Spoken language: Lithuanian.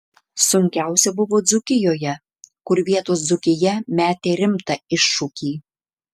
sunkiausia buvo dzūkijoje kur vietos dzūkija metė rimtą iššūkį